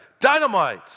Dynamite